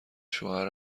شوهر